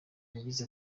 yagize